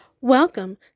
Welcome